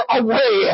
away